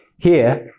here,